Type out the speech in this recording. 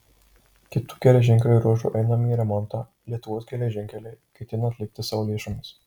kitų geležinkelio ruožų einamąjį remontą lietuvos geležinkeliai ketina atlikti savo lėšomis